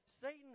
Satan